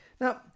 Now